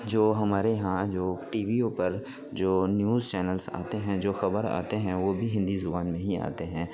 جو ہمارے یہاں جو ٹیویوں پر جو نیوز چینلس آتے ہیں جو خبر آتے ہیں وہ بھی ہندی زبان میں ہی آتے ہیں